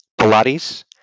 pilates